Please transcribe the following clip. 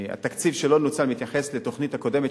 התקציב שלא נוצל מתייחס לתוכנית הקודמת,